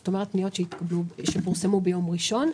זאת אומרת, פניות שפורסמו ביום ראשון,